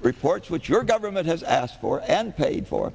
reports which your government has asked for and paid for